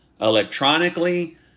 electronically